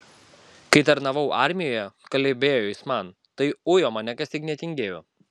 kai tarnavau armijoje kalbėjo jis man tai ujo mane kas tik netingėjo